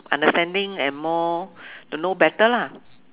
understanding and more to know better lah